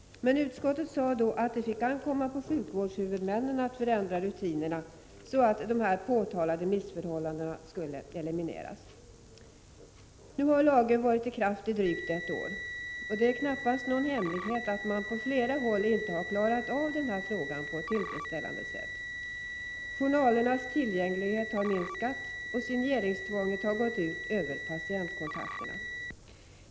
Men utskottet sade då att det fick ankomma på sjukvårdshuvudmännen att förändra rutinerna, så att påtalade missförhållanden eliminerades. Nu har lagen varit i kraft i drygt ett år. Det är knappast någon hemlighet att man på flera håll inte har klarat av den här frågan på ett tillfredsställande sätt. Journalernas tillgänglighet har minskat, och signeringstvånget har gått ut över patientkontakterna.